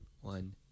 one